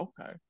Okay